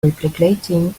replicating